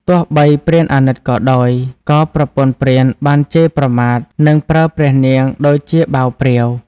ទោះបីព្រានអាណិតក៏ដោយ ក៏ប្រពន្ធព្រានបានជេរប្រមាថ និងប្រើព្រះនាងដូចជាបាវព្រាវ។